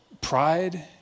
pride